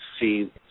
see